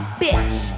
bitch